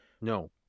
No